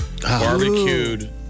Barbecued